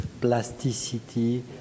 plasticity